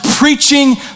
Preaching